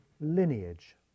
lineage